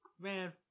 man